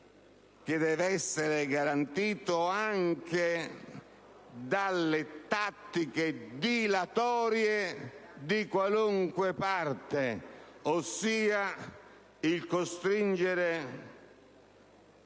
che deve essere garantito anche dalle tattiche dilatorie di qualunque parte ossia dal costringere